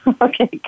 Okay